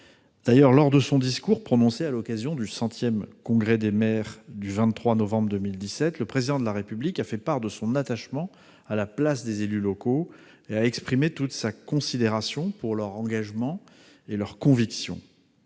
D'ailleurs, lors de son discours prononcé à l'occasion du 100 Congrès des maires de France du 23 novembre 2017, le Président de la République a fait part de son attachement à la place des élus locaux et a exprimé toute sa considération pour leur engagement et leurs convictions.